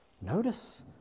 Notice